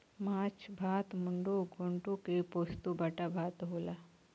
माछ भात मुडो घोन्टो के पोस्तो बाटा भात होला